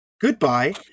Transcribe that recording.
Goodbye